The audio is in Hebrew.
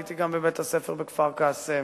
הייתי גם בבית-הספר בכפר-קאסם,